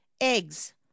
Eggs